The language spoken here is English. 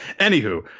Anywho